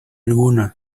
alguno